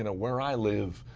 and where i live,